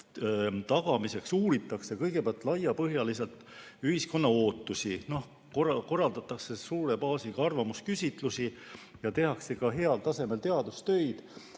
tagamiseks uuritakse kõigepealt laiapõhjaliselt ühiskonna ootusi, korraldatakse suure baasiga arvamusküsitlusi, tehakse ka heal tasemel teadustöid